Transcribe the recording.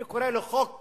אני קורא לו חוק